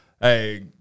Hey